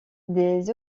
des